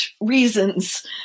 reasons